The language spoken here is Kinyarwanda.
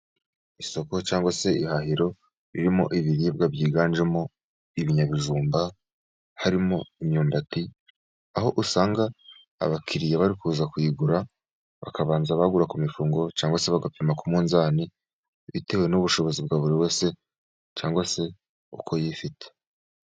Isoko cyangwa se ihahiro ririmo ibiribwa byiganjemo ibinyabijumba, harimo imyumbati. Aho usanga abakiriya bari kuza kuyigura bakabanza bagura ku mifungo cyangwa se bagapima ku munzani bitewe n'ubushobozi bwa buri wese cyangwa se nuko yifite.